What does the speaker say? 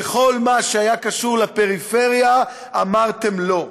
בכל מה שהיה קשור לפריפריה, אמרתם לא.